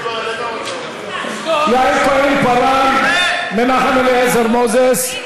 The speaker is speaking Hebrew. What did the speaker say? יעל כהן-פארן, מנחם אליעזר מוזס.